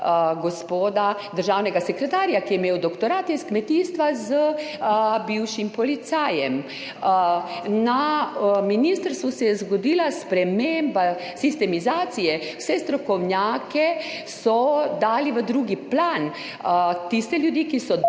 gospoda državnega sekretarja, ki je imel doktorat iz kmetijstva, z bivšim policajem. Na ministrstvu se je zgodila sprememba sistemizacije, vse strokovnjake so dali v drugi plan, tiste ljudi, ki so